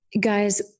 guys